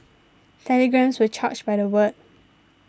telegrams were charged by the word